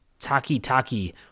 Taki-taki